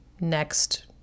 next